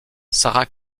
sarah